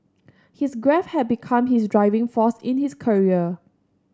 his grief had become his driving force in his career